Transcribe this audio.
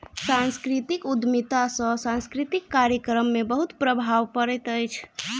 सांस्कृतिक उद्यमिता सॅ सांस्कृतिक कार्यक्रम में बहुत प्रभाव पड़ैत अछि